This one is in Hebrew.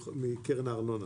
מקרן הארנונה.